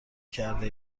کرده